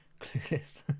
clueless